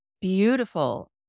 beautiful